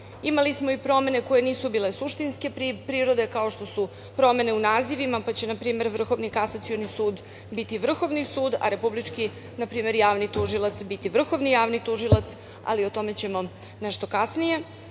Imali smo i promene koje nisu bile suštinske prirode, kao što su promene u nazivima, pa će npr. Vrhovni kasacioni sud biti Vrhovni sud, a republički, npr. javni tužilac biti vrhovni javni tužilac. O tome ćemo nešto kasnije. Dalje,